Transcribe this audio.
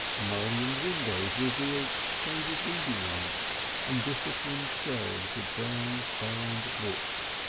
mullioned windows revealed shaded reading lamps and disciplined shelves of brown bound books.